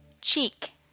cheek